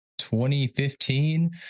2015